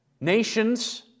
Nations